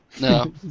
No